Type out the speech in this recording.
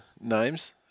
names